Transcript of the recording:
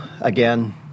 again